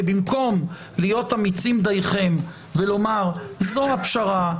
שבמקום להיות אמיצים דייכם ולומר "זו הפשרה,